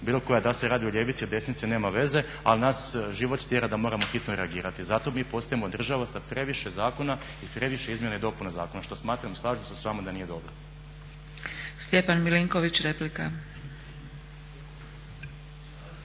bilo koji da se radi o ljevici, o desnici nema veze. Ali nas život tjera da moramo hitno reagirati. Zato mi postajemo država sa previše zakona i previše izmjena i dopuna zakona što smatram, slažem se s vama da nije dobro.